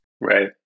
Right